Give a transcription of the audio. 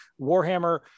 warhammer